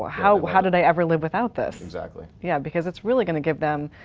ah how how did i ever live without this? exactly. yeah, because it's really going to give them,